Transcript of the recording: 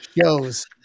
shows